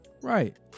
Right